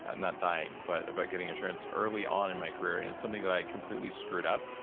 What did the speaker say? ah not dying but but getting insurance early on in my career, and it's something that i completely screwed up,